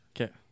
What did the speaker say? Okay